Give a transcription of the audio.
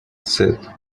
said